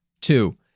Two